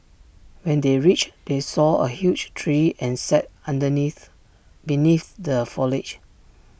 when they reached they saw A huge tree and sat underneath beneath the foliage